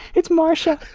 it's marsha.